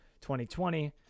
2020